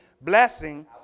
blessing